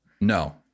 No